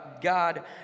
God